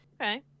Okay